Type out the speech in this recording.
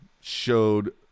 showed